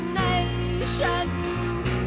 nations